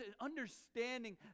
understanding